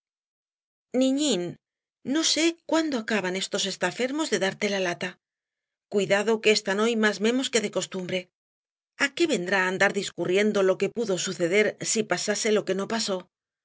niñín no sé cuándo acaban estos estafermos de darte la lata cuidado que están hoy más memos que de costumbre a qué vendrá andar discurriendo lo que pudo suceder si pasase lo que no pasó